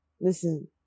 Listen